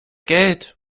geld